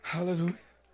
Hallelujah